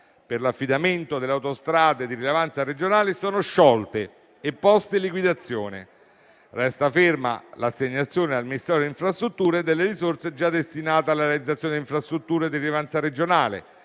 per l'affidamento delle autostrade di rilevanza regionale, sono sciolte e poste in liquidazione. Resta ferma l'assegnazione al MIMS delle risorse già destinate alla realizzazione delle infrastrutture di rilevanza regionale